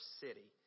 city